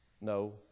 no